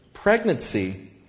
Pregnancy